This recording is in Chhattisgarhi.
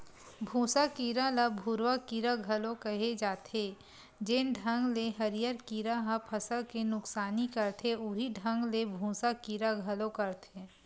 भूँसा कीरा ल भूरूवा कीरा घलो केहे जाथे, जेन ढंग ले हरियर कीरा ह फसल के नुकसानी करथे उहीं ढंग ले भूँसा कीरा घलो करथे